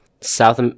South